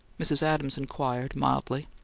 mrs. adams inquired, mildly.